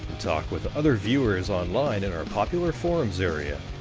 talk with other veiwers online in our popular forums area.